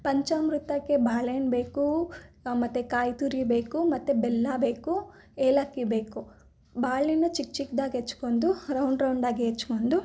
ಪಂಚಾಮೃತಕ್ಕೆ ಬಾಳೆಹಣ್ಣು ಬೇಕು ಮತ್ತು ಕಾಯಿತುರಿ ಬೇಕು ಮತ್ತು ಬೆಲ್ಲ ಬೇಕು ಏಲಕ್ಕಿ ಬೇಕು ಬಾಳೆಹಣ್ಣು ಚಿಕ್ಕ ಚಿಕ್ಕದಾಗಿ ಹೆಚ್ಚ್ಕೊಂಡು ರೌಂಡ್ರೌಂಡಾಗಿ ಹೆಚ್ಚ್ಕೊಂಡು